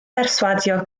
berswadio